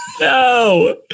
No